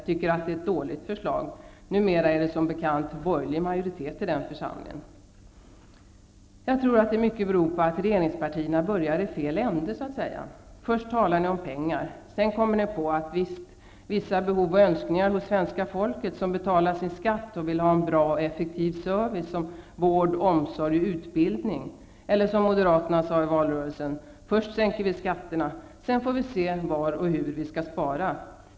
tycker att det är ett dåligt förslag. Numera är det som bekant borgerlig majoritet i den församlingen. Jag tror att mycket beror på att regeringspartierna börjar i fel ände. Först talar de om pengar, och sedan kommer de på att det finns vissa behov och önskningar hos svenska folket som betalar sin skatt och vill ha en bra och effektiv service, vård, omsorg och utbildning. Eller, som Moderaterna sade i valrörelsen: Först sänker vi skatterna, sedan får vi se var och hur vi skall spara.